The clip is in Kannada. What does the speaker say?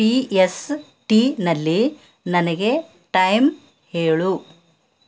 ಪಿ ಎಸ್ಸ ಟಿನಲ್ಲಿ ನನಗೆ ಟೈಮ್ ಹೇಳು